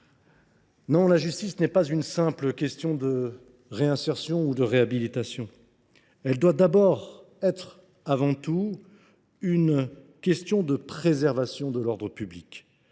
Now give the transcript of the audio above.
Non, la justice n’est pas une simple question de réinsertion ou de réhabilitation. Elle doit d’abord être un instrument de préservation de l’ordre public.